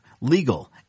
legal